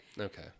Okay